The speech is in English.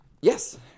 Yes